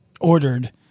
ordered